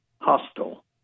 hostile